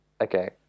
Okay